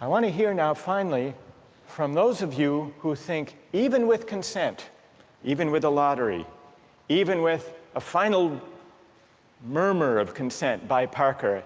i want to hear now finally from those of you who think even with consent even with a lottery even with a final murmur of consent from parker